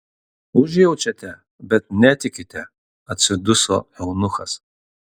užjaučiate bet netikite atsiduso eunuchas